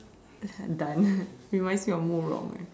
it's like done reminds me of Murong eh